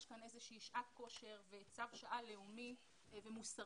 יש כאן איזושהי שעת כושר וצו שעה לאומי ומוסרי